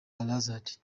prasad